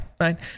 Right